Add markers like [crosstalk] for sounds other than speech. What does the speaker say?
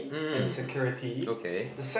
hmm [noise] okay